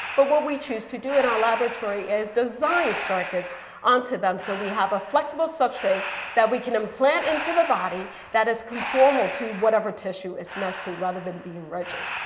but what we chose to do in our laboratory is design circuits onto them so we have a flexible substrate that we can implant into the body that is conformal to whatever tissue it's next to rather than being rigid.